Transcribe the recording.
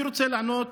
אני רוצה לענות